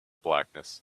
blackness